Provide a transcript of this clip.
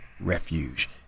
refuge